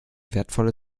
wertvolle